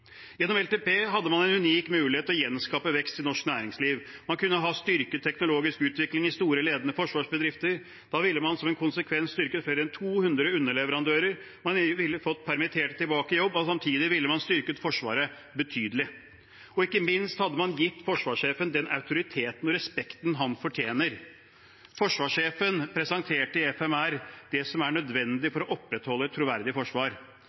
Gjennom langtidsplanen hadde man en unik mulighet til å gjenskape vekst i norsk næringsliv. Man kunne ha styrket teknologisk utvikling i store, ledende forsvarsbedrifter. Da ville man som en konsekvens styrket mer enn 200 underleverandører, fått permitterte tilbake i jobb og samtidig styrket Forsvaret betydelig, og ikke minst hadde man gitt forsvarssjefen den autoriteten og respekten han fortjener. Forsvarssjefen presenterte i FMR det som er nødvendig for å opprettholde et troverdig forsvar.